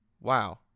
wow